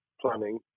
planning